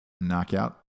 knockout